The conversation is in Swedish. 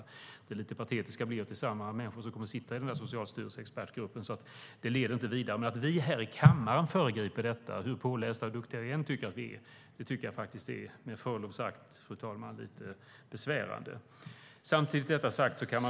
Det lite patetiska är att det är samma människor som kommer att sitta i Socialstyrelsen och i expertgruppen. Det leder inte arbetet vidare. Att vi här i kammaren ska föregripa detta, hur pålästa och duktiga vi än tycker att vi är, tycker jag är med förlov sagt, fru talman, lite besvärande.